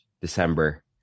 December